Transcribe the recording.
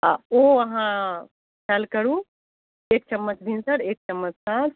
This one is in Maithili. आओर ओ अहाँ खाएल करू एक चम्मच भिनसर एक चम्मच साँझ